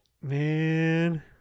Man